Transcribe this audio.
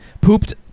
pooped